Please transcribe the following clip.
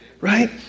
right